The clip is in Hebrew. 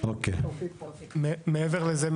מעבר לזה,